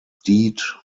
deed